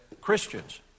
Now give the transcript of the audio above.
Christians